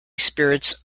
spirits